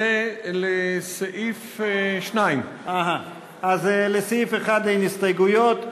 זה לסעיף 2. אז לסעיף 1 אין הסתייגויות.